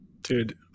Dude